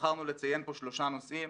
בחרנו לציין פה שלושה נושאים,